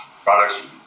products